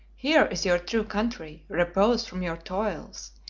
here is your true country repose from your toils,